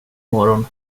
morgon